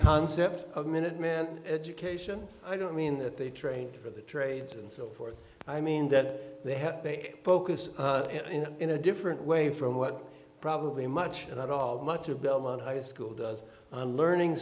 concept of minutemen education i don't mean that they train for the trades and so forth i mean that they have a focus in a different way from what probably much of that all much of belmont high school does on learning